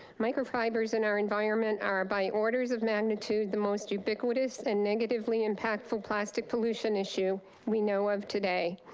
microfibers in our environment are by orders of magnitude the most ubiquitous and negatively impactful plastic pollution issue we know of today.